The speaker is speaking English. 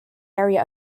area